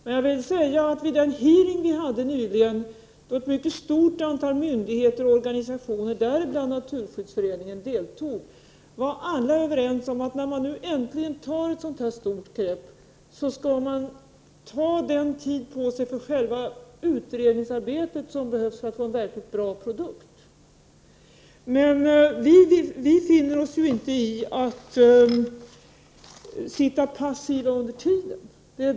Vid den hearing som vi nyligen hade och där representanter för ett mycket stort antal myndigheter och organisationer, däribland Naturskyddsföreningen, deltog var alla överens om att man, när det nu äntligen tas ett sådant här stort grepp, låter själva utredningsarbetet ta den tid som behövs för att det skall bli ett verkligt bra resultat. Men vi finner oss inte i att bara sitta passiva under tiden.